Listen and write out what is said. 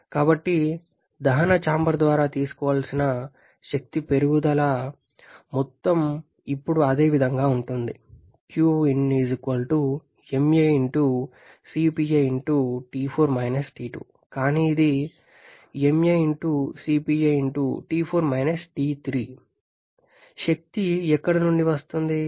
కాబట్టి దహన చాంబర్ ద్వారా తీసుకోవలసిన శక్తి పెరుగుదల మొత్తం ఇప్పుడు అదే విధంగా ఉంటుంది కానీ ఇది శక్తి ఎక్కడ నుండి వస్తుంది